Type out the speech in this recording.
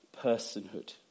personhood